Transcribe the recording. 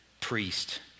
priest